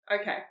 okay